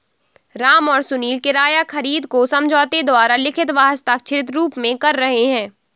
राम और सुनील किराया खरीद को समझौते द्वारा लिखित व हस्ताक्षरित रूप में कर रहे हैं